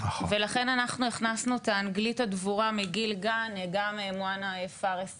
ולכן אנחנו הכנסנו את האנגלית הדבורה מגיל גן גם מוהנא פארס